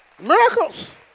Miracles